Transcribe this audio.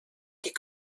die